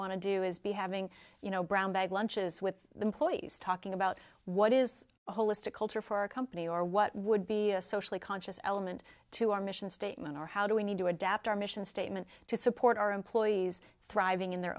want to do is be having you know brown bag lunches with the employees talking about what is a holistic culture for our company or what would be a socially conscious element to our mission statement or how do we need to adapt our mission statement to support our employees thriving in their